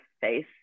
face